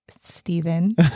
Stephen